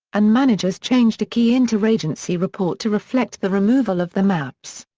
and managers changed a key interagency report to reflect the removal of the maps.